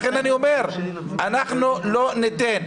לכן אני אומר: אנחנו לא ניתן.